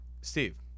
Steve